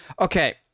Okay